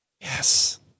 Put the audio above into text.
Yes